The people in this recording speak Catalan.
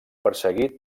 perseguit